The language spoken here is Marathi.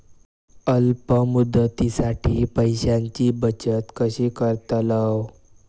अल्प मुदतीसाठी पैशांची बचत कशी करतलव?